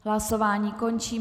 Hlasování končím.